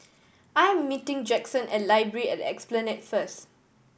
I am meeting Jackson at Library at Esplanade first